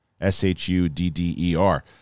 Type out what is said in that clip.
s-h-u-d-d-e-r